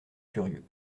curieux